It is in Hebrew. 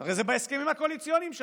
הרי זה בהסכמים הקואליציוניים שלכם.